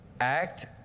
Act